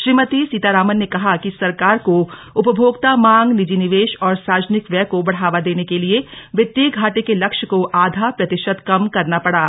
श्रीमती सीतारामन ने कहा कि सरकार को उपभोक्ता मांग निजी निवेश और सार्वजनिक व्यय को बढ़ावा देने के लिए वित्तीय घाटे के लक्ष्य को आधा प्रतिशत कम करना पड़ा